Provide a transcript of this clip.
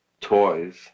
toys